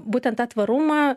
būtent tą tvarumą